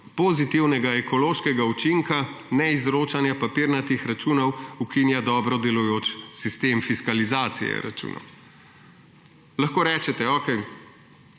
pozitivnega ekološkega učinka neizročanja papirnatih računov, ukinja dobro delujoč sistem fiskalizacije računov. Lahko rečete, okej,